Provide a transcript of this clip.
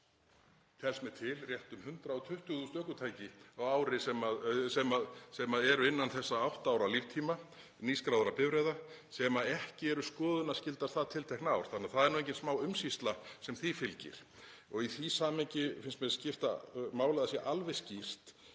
þetta, telst mér til, rétt um 120.000 ökutæki á ári sem eru innan þessa átta ára líftíma nýskráðra bifreiða sem ekki eru skoðunarskyldar það tiltekna ár þannig að það er engin smá umsýsla sem því fylgir. Í því samhengi finnst mér skipta máli að það sé alveg skýrt